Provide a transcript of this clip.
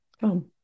come